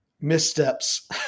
missteps